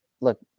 Look